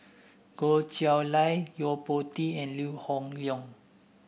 Goh Chiew Lye Yo Po Tee and Lee Hoon Leong